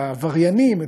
את העבריינים,